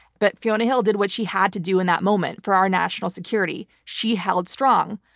but fiona hill did what she had to do in that moment for our national security. she held strong.